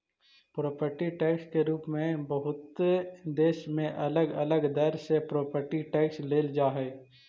property tax के रूप में बहुते देश में अलग अलग दर से प्रॉपर्टी टैक्स लेल जा हई